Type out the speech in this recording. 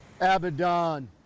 Abaddon